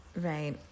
right